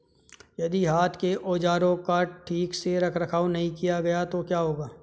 यदि हाथ के औजारों का ठीक से रखरखाव नहीं किया गया तो क्या होगा?